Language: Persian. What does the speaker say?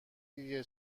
دیگه